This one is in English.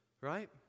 right